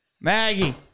Maggie